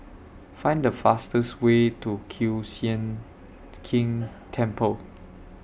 Find The fastest Way to Kiew Sian King Temple